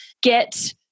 get